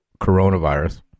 coronavirus